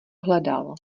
hledal